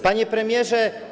Panie Premierze!